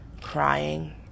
crying